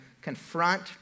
confront